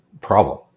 problem